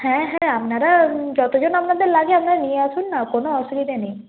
হ্যাঁ হ্যাঁ আপনারা যতজন আপনাদের লাগে আপনারা নিয়ে আসুন না কোনো অসুবিধে নেই